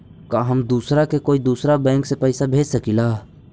का हम दूसरा के कोई दुसरा बैंक से पैसा भेज सकिला?